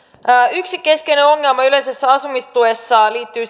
yksi keskeinen ongelma yleisessä asumistuessa liittyy siihen